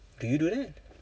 do you do that